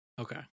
Okay